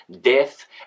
death